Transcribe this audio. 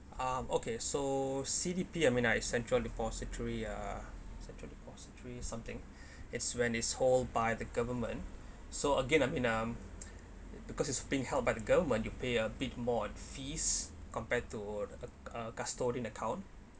um okay so C_D_P I mean are central depository uh central depository something is when it's hold by the government so again I mean um because it's being held by the government you pay a bit more on fees compared to a a custodial account